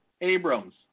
Abrams